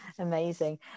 Amazing